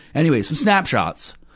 anyway, some snapshots.